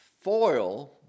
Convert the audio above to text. foil